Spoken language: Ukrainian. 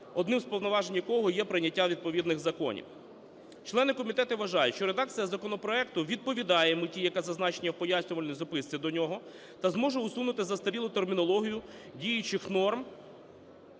одним з повноважень якої є прийняття відповідних законів. Члени комітету вважають, що редакція законопроекту відповідає меті, яка зазначена в пояснювальній записці до нього, та зможе усунути застарілу термінологію діючих норм